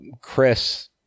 Chris